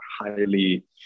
highly